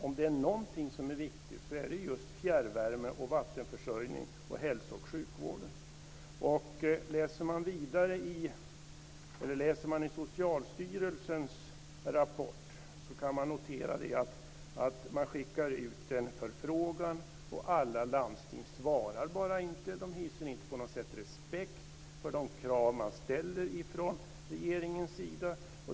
Om det är någonting som är viktigt, så är det just fjärrvärme, vattenförsörjning, hälso och sjukvård. I Socialstyrelsens rapport kan noteras att man har skickat ut en förfrågan på vilken alla landsting inte svarar. De hyser inte på något sätt respekt för de krav som ställs från regeringens sida.